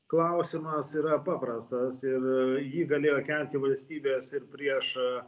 klausimas yra paprastas ir jį galėjo kelti valstybės ir prieš